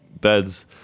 beds